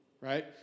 right